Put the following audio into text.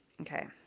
okay